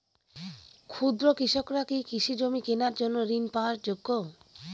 ক্ষুদ্র কৃষকরা কি কৃষি জমি কেনার জন্য ঋণ পাওয়ার যোগ্য?